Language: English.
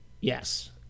Yes